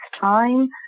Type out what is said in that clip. time